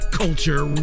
culture